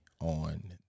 on